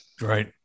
Right